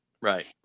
right